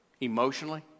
emotionally